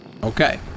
Okay